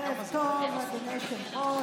ערב טוב, אדוני היושב-ראש.